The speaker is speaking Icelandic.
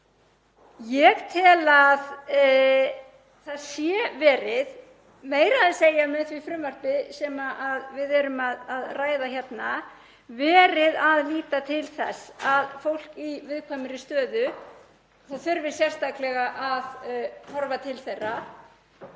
Ég tel að það sé verið, meira að segja með því frumvarpi sem við erum að ræða hérna, að líta til þess að það þurfi sérstaklega að horfa til fólks